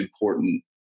important